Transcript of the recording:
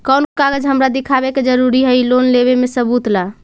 कौन कागज हमरा दिखावे के जरूरी हई लोन लेवे में सबूत ला?